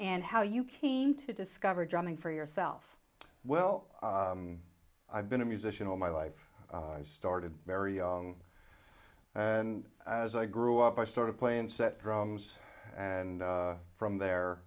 and how you came to discover drumming for yourself well i've been a musician all my life started very young and as i grew up i started playing set drums and from there